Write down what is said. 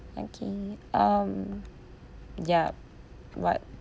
okay um ya what what